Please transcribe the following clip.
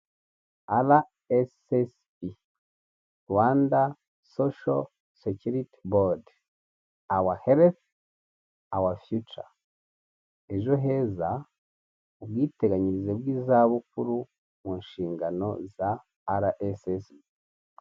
RSSB, Rwanda Social Security Board. Our health, Our future. Ejo heza ubwiteganyirize bw'izabukuru mu nshingano za RSSB.